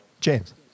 James